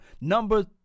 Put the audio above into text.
Number